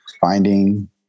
finding